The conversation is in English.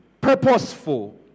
purposeful